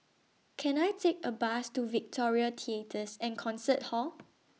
Can I Take A Bus to Victoria Theatres and Concert Hall